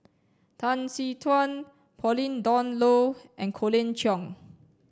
Tan Tee Suan Pauline Dawn Loh and Colin Cheong